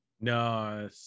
No